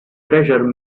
treasure